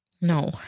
No